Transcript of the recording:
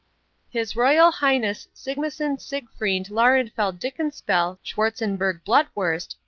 his royal highness sigismund-siegfried-lauenfeld-dinkelspiel-schwartzenberg blutwurst,